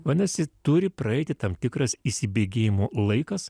vadinasi turi praeiti tam tikras įsibėgėjimo laikas